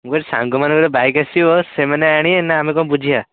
ମୁଁ କହିଲି ସାଙ୍ଗ ମାନଙ୍କର ବାଇକ୍ ଆସିବ ସେମାନେ ଆଣିବେ ନା ଆମେ କ'ଣ ବୁଝିବା